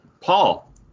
Paul